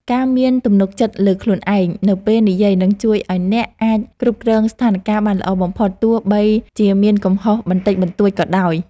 ការមានទំនុកចិត្តលើខ្លួនឯងនៅពេលនិយាយនឹងជួយឱ្យអ្នកអាចគ្រប់គ្រងស្ថានការណ៍បានល្អបំផុតទោះបីជាមានកំហុសបន្តិចបន្តួចក៏ដោយ។